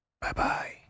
Bye-bye